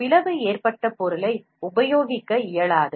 பிளவு ஏற்பட்ட பொருளை உபயோகிக்க இயலாது